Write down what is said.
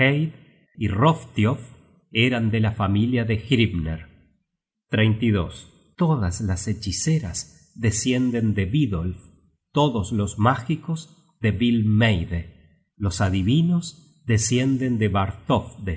y hrofstiof eran de la familia de hrimner todas las hechiceras descienden de vidolf todos los mágicos de vilmeide los adivinos descienden de